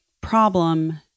problem